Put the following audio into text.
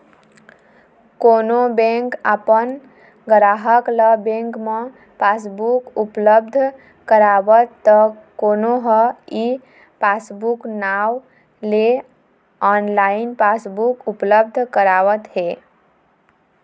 कोनो बेंक अपन गराहक ल बेंक म पासबुक उपलब्ध करावत त कोनो ह ई पासबूक नांव ले ऑनलाइन पासबुक उपलब्ध करावत हे